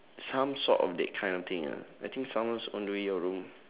some sort of that kind of thing lah I think someone's on the way your room